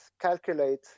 calculate